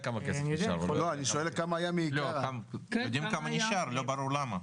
יודעים כמה נשאר, לא ברור למה.